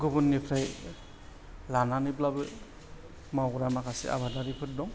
गुबुननिफ्राय लानानैब्लाबो मावग्रा माखासे आबादारिफोर दं